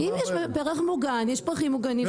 אם יש פרח מוגן, פרחים מוגנים.